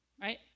right